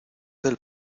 del